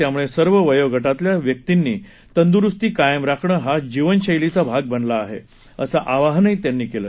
त्यामुळे सर्व वयोगटातल्या व्यक्तिंनी तंदुरूस्ती कायम राखणं हा जीवनशैलीचा भाग बनवला पाहिजे असं आवाहन त्यांनी केलं